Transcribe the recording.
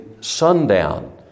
sundown